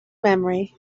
memory